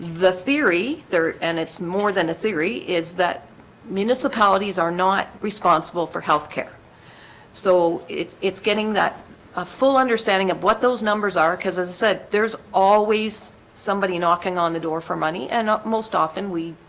the theory there and it's more than a theory is that municipalities are not responsible for health care so it's it's getting that ah full understanding of what those numbers are because as i said, there's always somebody knocking on the door for money and not most often we